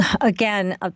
again